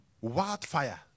Wildfire